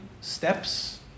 steps